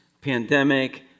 pandemic